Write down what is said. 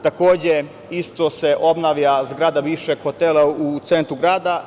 Takođe, isto se obnavlja zgrada više hotela u centru grada.